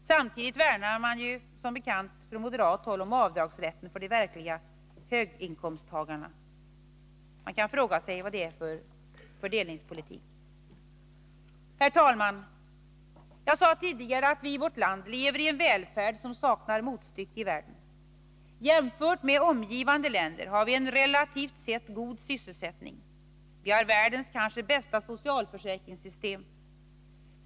Samtidigt värnar moderaterna som bekant om avdragsrätten för de verkliga höginkomsttagarna. Vad är det för slags fördelningspolitik? Herr talman! Jag sade tidigare att vi i vårt land lever i en välfärd som saknar motstycke i världen. Jämfört med omgivande länder har vi en relativt sett god sysselsättning. Vi har världens kanske bästa socialförsäkringssystem.